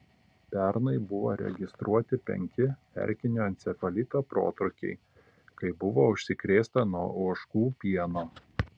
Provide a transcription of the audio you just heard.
pernai buvo registruoti penki erkinio encefalito protrūkiai kai buvo užsikrėsta nuo ožkų pieno